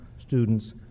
students